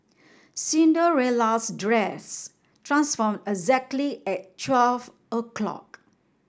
Cinderella's dress transformed exactly at twelve o'clock